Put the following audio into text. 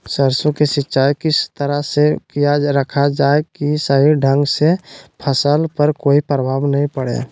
सरसों के सिंचाई किस तरह से किया रखा जाए कि सही ढंग से फसल पर कोई प्रभाव नहीं पड़े?